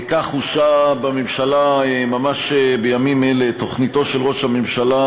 כך אושרה בממשלה ממש בימים אלה תוכניתו של ראש הממשלה